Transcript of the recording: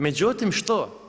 Međutim što?